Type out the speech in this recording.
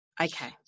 Okay